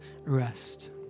rest